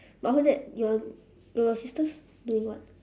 but whole day your your sisters doing what